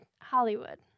Hollywood